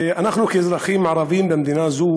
אנחנו כאזרחים ערבים במדינה זו